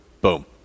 Boom